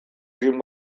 egin